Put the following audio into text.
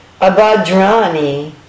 Abadrani